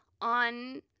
on